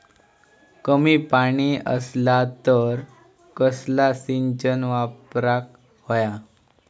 कमी पाणी असला तर कसला सिंचन वापराक होया?